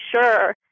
sure